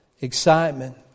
excitement